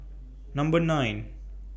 Number nine